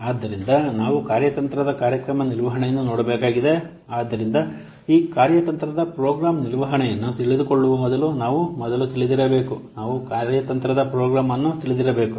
ಆದ್ದರಿಂದ ನಾವು ಕಾರ್ಯತಂತ್ರದ ಕಾರ್ಯಕ್ರಮ ನಿರ್ವಹಣೆಯನ್ನು ನೋಡಬೇಕಾಗಿದೆ ಆದ್ದರಿಂದ ಈ ಕಾರ್ಯತಂತ್ರದ ಪ್ರೋಗ್ರಾಂ ನಿರ್ವಹಣೆಯನ್ನು ತಿಳಿದುಕೊಳ್ಳುವ ಮೊದಲು ನಾವು ಮೊದಲು ತಿಳಿದಿರಬೇಕು ನಾವು ಕಾರ್ಯತಂತ್ರದ ಪ್ರೋಗ್ರಾಂ ಅನ್ನು ತಿಳಿದಿರಬೇಕು